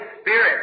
Spirit